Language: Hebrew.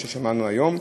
אחרי מה ששמענו היום.